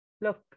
Look